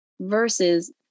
versus